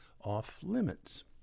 off-limits